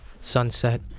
Sunset